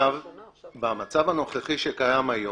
במצב הנוכחי שקיים היום,